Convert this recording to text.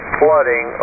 flooding